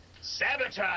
Sabotage